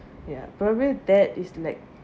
ya probably that his like